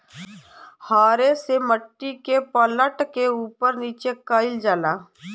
हरे से मट्टी के पलट के उपर नीचे कइल जाला